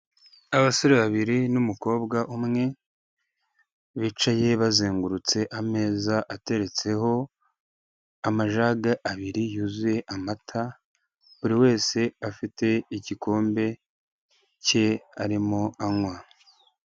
Abasore babiri n'umukobwa umwe, bicaye bazengurutse ameza ateretseho amajage abiri yuzuye amata buri wese afite igikombe cye arimo anywa.